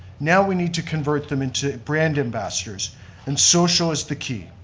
now we need to convert them into brand ambassadors and social is the key.